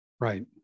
right